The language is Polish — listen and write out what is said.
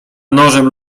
nożem